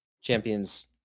Champions